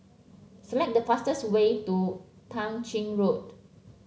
select the fastest way to Tah Ching Road